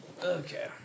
Okay